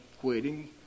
quitting